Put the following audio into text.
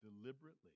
deliberately